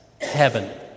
heaven